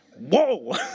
whoa